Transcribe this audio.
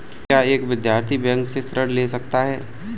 क्या एक विद्यार्थी बैंक से ऋण ले सकता है?